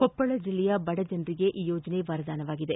ಕೊಪ್ಪಳ ಜಿಲ್ಲೆಯ ಬಡ ಜನರಿಗೆ ಈ ಯೋಜನೆ ವರದಾನವಾಗಿದೆ